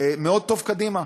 מאוד טוב קדימה.